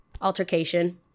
altercation